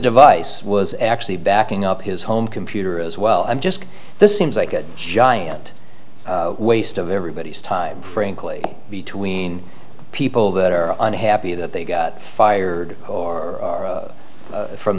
device was actually backing up his home computer as well i'm just this seems like a giant waste of everybody's time frankly between people that are unhappy that they got fired or